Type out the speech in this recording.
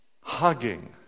hugging